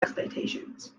expectations